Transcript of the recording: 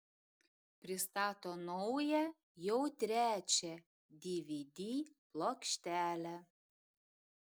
pristato naują jau trečią dvd plokštelę